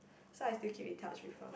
so I still keep in touch with her